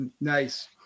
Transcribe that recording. Nice